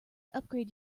upgrade